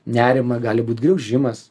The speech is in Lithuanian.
nerimą gali būt graužimas